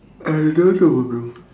I don't know ah bro